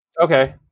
Okay